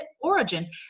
origin